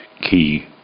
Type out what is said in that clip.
key